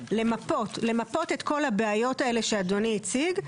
למפות את כל הבעיות האלה שאדוני הציג,